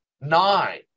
Nine